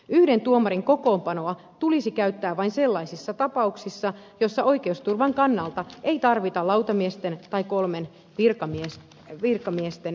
yhden tuomarin kokoonpanoa tulisi käyttää vain sellaisissa tapauksissa joissa oikeusturvan kannalta ei tarvita lautamiesten tai kolmen virkamiehen kokoonpanoa